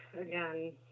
again